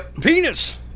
Penis